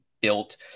built